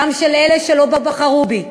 גם של אלה שלא בחרו בי.